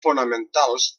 fonamentals